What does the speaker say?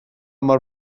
mor